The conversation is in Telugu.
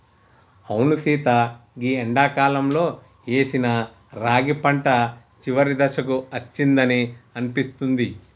అవును సీత గీ ఎండాకాలంలో ఏసిన రాగి పంట చివరి దశకు అచ్చిందని అనిపిస్తుంది